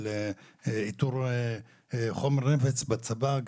על איתור חומר נפץ בצבא,